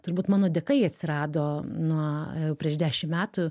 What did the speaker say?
turbūt mano dėka jie atsirado nuo prieš dešim metų